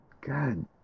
God